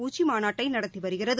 உச்சிமாநாட்டைநடத்திவருகிறது